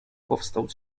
powstał